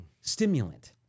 stimulant